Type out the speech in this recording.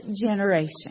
generation